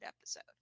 episode